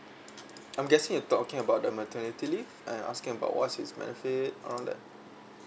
I'm guessing you talking about the maternity leave and asking about what's it's benefit around that